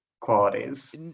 qualities